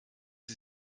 sie